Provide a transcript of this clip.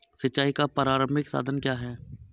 सिंचाई का प्रारंभिक साधन क्या है?